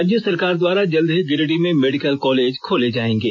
राज्य सरकार द्वारा जल्द ही गिरिडीह में मेडिकल कॉलेज खोले जाएंगे